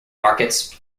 markets